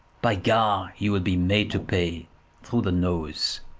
by gar, you will be made to pay through the nose.